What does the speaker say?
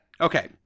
Okay